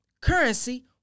currency